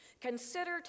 Consider